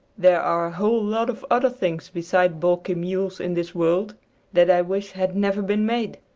there are a whole lot of other things beside balky mules in this world that i wish had never been made.